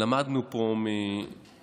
למדנו פה מחברינו,